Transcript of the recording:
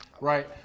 right